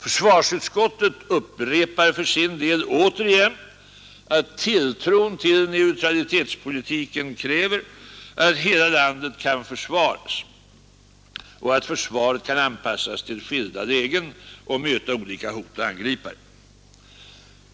Försvarsutskottet upp repar för sin del återigen att tilltron till neutralitetspolitiken kräver att hela landet kan försvaras och att försvaret kan anpassas till skilda lägen och möta olika hot och angripare.